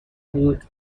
بود